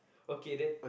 okay then